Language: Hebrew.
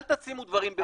בואו נשמור על זה,